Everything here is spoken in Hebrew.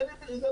אין עם מי לדבר.